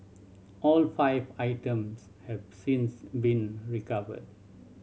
all five items have since been recovered